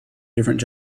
different